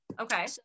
Okay